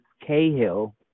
Cahill